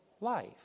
life